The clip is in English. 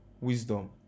wisdom